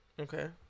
Okay